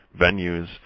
venues